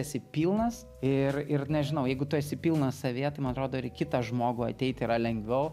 esi pilnas ir ir nežinau jeigu tu esi pilnas savyje tai man atrodo ir į kitą žmogų ateit yra lengviau